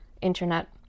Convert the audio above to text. internet